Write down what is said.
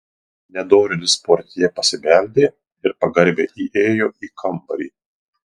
nedorėlis portjė pasibeldė ir pagarbiai įėjo į kambarį